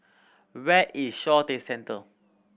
where is Shaw Centre